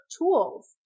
tools